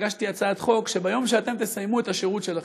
הגשתי הצעת חוק שביום שאתן תסיימו את השירות שלכן,